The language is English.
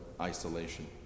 isolation